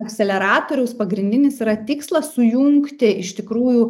akseleratoriaus pagrindinis yra tikslas sujungti iš tikrųjų